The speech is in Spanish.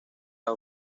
las